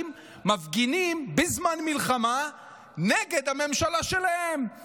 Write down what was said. מפגינים נגד הממשלה שלהם בזמן מלחמה.